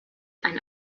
ein